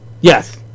Yes